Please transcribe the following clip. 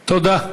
תודה.